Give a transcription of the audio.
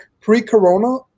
pre-corona